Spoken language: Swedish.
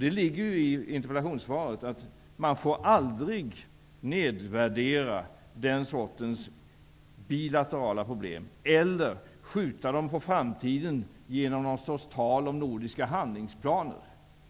Det ligger i interpellationssvaret att man aldrig får nedvärdera den sortens bilaterala problem eller skjuta dem på framtiden genom tal om nordiska handlingsplaner,